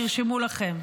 תרשמו לכם,